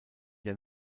der